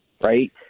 right